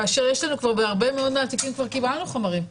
כאשר בהרבה מאוד תיקים כבר קיבלנו חומרים,